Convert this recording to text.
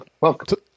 welcome